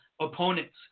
opponents